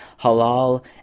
halal